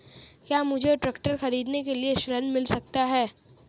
क्या मुझे ट्रैक्टर खरीदने के लिए ऋण मिल सकता है?